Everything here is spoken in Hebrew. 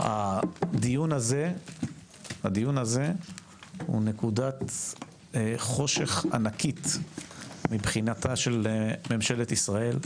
הדיון הזה הוא נקודת חושך ענקית מבחינתה של ממשלת ישראל.